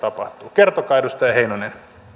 kertokaa edustaja heinonen